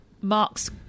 Mark's